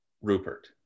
Rupert